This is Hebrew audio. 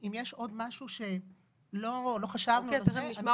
אם יש משהו שלא חשבנו עליו נשמח לשמוע.